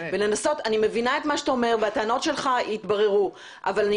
אני מבינה את מה שאתה אומר והטענות שלך יתבררו אבל אני